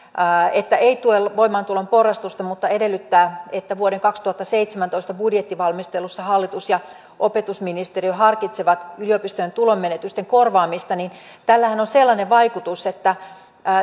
että ei tue voimaantulon porrastusta mutta edellyttää että vuoden kaksituhattaseitsemäntoista budjettivalmistelussa hallitus ja opetusministeriö harkitsevat yliopistojen tulonmenetysten korvaamista on sellainen vaikutus että